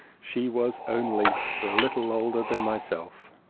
she was only a little older than myself.